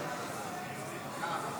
אני קובע כי הצעת חוק